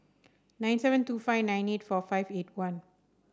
nine seven two five nine eight four five eight one